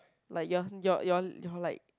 like your your your your like